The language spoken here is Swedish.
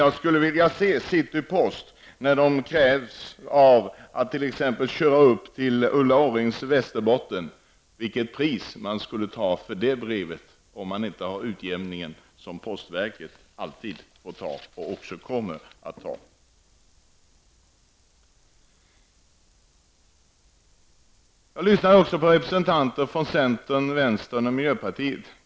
Jag skulle vilja se City Post köra till Ulla Orrings Västerbotten och vilket pris man skulle begära utan hjälp av den prisutjämning som postverket alltid har. Jag har också lyssnat på representanter från vänstern, centern och miljöpartiet.